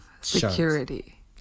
security